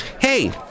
Hey